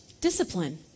Discipline